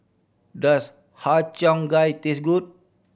does Har Cheong Gai taste good